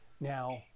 Now